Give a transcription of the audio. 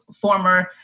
former